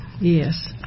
Yes